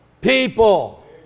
people